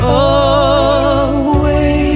away